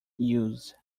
use